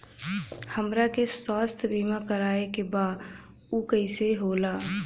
हमरा के स्वास्थ्य बीमा कराए के बा उ कईसे होला?